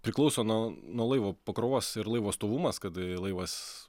priklauso nuo nuo laivo pakrovos ir laivo stovumas kada laivas